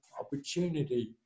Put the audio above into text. opportunity